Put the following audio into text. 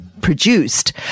produced